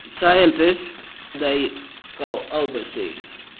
scientists they go overseas,